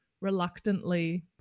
reluctantly